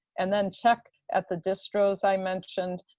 and then check at the distros i mentioned,